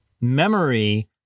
memory